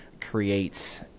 creates